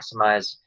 maximize